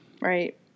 Right